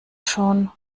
schon